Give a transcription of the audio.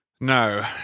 No